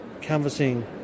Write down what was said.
canvassing